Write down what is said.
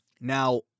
now